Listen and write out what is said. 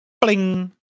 bling